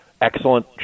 excellent